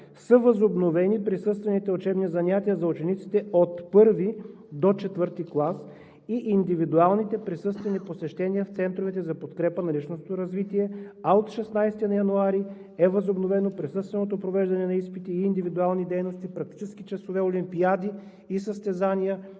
са възобновени присъствените учебни занятия за учениците от I до IV клас и индивидуалните присъствени посещения в центровете за подкрепа на личностното развитие. От 16 януари е възобновено присъственото провеждане на изпити и индивидуални дейности, практически часове, олимпиади и състезания